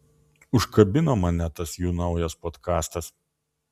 užkabino mane tas jų naujas podkastas